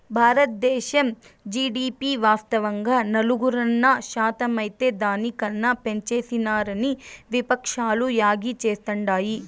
బారద్దేశం జీడీపి వాస్తవంగా నాలుగున్నర శాతమైతే దాని కన్నా పెంచేసినారని విపక్షాలు యాగీ చేస్తాండాయి